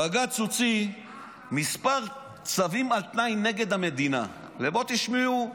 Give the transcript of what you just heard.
בג"ץ הוציא כמה צווים על תנאי נגד המדינה ובואו תשמעו.